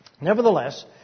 Nevertheless